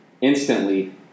instantly